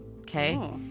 Okay